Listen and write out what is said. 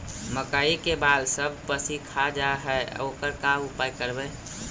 मकइ के बाल सब पशी खा जा है ओकर का उपाय करबै?